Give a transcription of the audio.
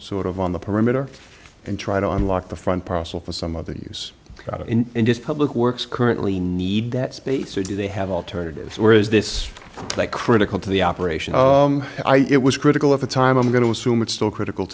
sort of on the perimeter and try to unlock the front possible for some of these and just public works currently need that space or do they have alternatives or is this like critical to the operation it was critical of the time i'm going to assume it's still critical